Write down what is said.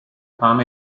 fama